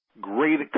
great